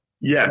Yes